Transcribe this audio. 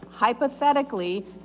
Hypothetically